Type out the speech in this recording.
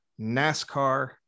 NASCAR